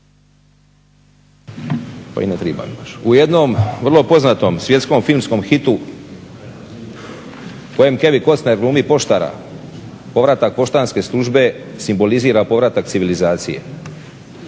U jednom vrlo poznatom svjetskom filmskom hitu u kojem Kevin Costner glumi poštara, povratak poštanske službe simbolizira povratak civlizacije.